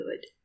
good